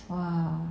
!wah!